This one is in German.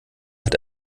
hat